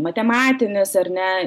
matematinis ar ne